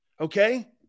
Okay